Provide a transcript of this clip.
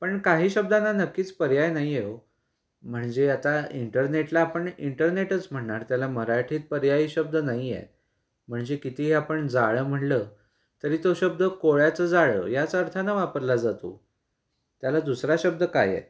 पण काही शब्दांना नक्कीच पर्याय नाही आहे हो म्हणजे आता इंटरनेटला आपण इंटरनेटच म्हणणार त्याला मराठीत पर्यायी शब्द नाही आहे म्हणजे कितीही आपण जाळं म्हणलं तरी तो शब्द कोळ्याचं जाळं याच अर्थानं वापरला जातो त्याला दुसरा शब्द काय आहे